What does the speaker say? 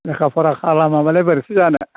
लेखा फरा खालामाबालाय बोरैथो जानो